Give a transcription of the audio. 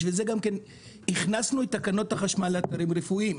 בשביל זה גם כן הכנסנו את תקנות החשמל לדברים הרפואיים.